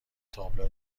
تابلو